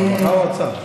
זה הרווחה או האוצר?